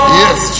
yes